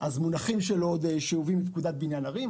והמונחים שלו עוד שאובים מפקודת בניין ערים.